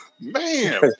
Man